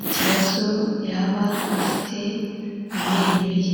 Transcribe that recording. ikibazo yaba afite mu menyo ye.